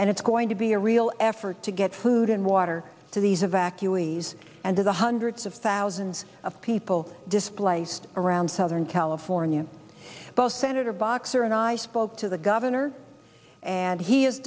and it's going to be a real effort to get food and water to these evacuees and to the hundreds of thousands of people displaced around southern california both senator boxer and i spoke to the governor and he